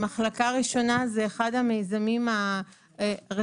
"מחלקה ראשונה" זה אחד המיזמים הראשיים,